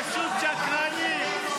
פשוט שקרנים.